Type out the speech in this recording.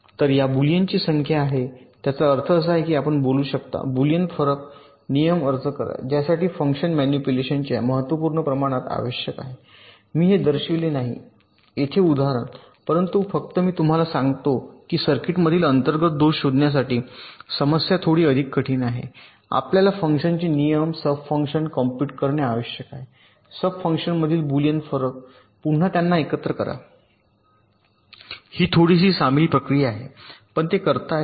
तर ज्या बुलियनची संख्या आहे त्यांचा अर्थ असा आहे की आपण बोलू शकता बुलियन फरक नियम अर्ज करा ज्यासाठी फंक्शन मॅनिपुलेशनच्या महत्त्वपूर्ण प्रमाणात आवश्यक आहे मी हे दर्शविलेले नाही येथे उदाहरणे परंतु फक्त मी तुम्हाला सांगते की सर्किटमधील अंतर्गत दोष शोधण्यासाठी समस्या थोडी अधिक कठीण आहे आपल्याला फंक्शनचे नियम सब फंक्शन्स कंप्यूट करणे आवश्यक आहे सब फंक्शन्स मधील बुलियन फरक पुन्हा त्यांना एकत्र करा ही थोडीशी सामील प्रक्रिया आहे पण ते करता येते